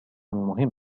مهم